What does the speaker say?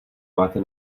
máte